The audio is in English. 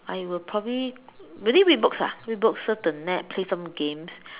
I will probably maybe read books ah read books surf the net play some games